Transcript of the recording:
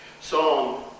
Psalm